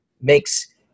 makes